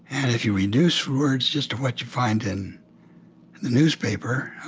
and if you reduce words just to what you find in the newspaper,